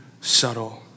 subtle